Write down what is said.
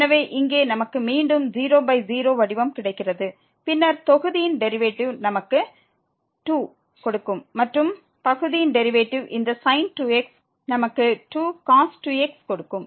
எனவே இங்கே நமக்கு மீண்டும் 00 வடிவம் கிடைக்கிறது பின்னர் தொகுதியின் டெரிவேட்டிவ் நமக்கு 2 ஐ கொடுக்கும் மற்றும் பகுதியின் டெரிவேட்டிவ் இந்த sin 2x நமக்கு 2cos 2xஐ கொடுக்கும்